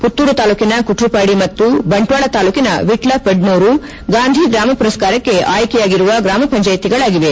ಪುತೂರು ತಾಲೂಕಿನ ಕುಟ್ಟುಪಾಡಿ ಮತ್ತು ಬಂಟ್ನಾಳ ತಾಲೂಕಿನ ವಿಟ್ಲ ಪಡ್ನೂರು ಗಾಂಧಿ ಗ್ರಾಮ ಪುರಸ್ಕಾರ್ಕ್ಕೆ ಆಯ್ಕೆಯಾಗಿರುವ ಗ್ರಾಮ ಪಂಚಾಯಿತಿಗಳಾಗಿವೆ